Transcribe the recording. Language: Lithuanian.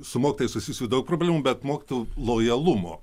su mokytojais susijusių daug problemų bet mokytojų lojalumo